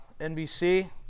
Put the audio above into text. NBC